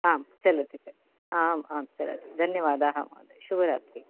आं चलति आम् आं चलति धन्यवादाः महोदय शुभरात्रिः